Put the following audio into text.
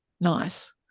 Nice